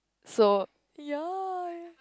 so ya